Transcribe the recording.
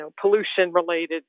pollution-related